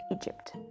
Egypt